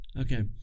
Okay